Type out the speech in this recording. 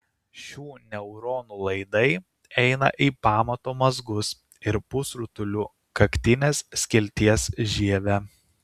šių neuronų laidai eina į pamato mazgus ir pusrutulių kaktinės skilties žievę